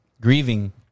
grieving